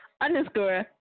underscore